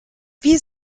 wie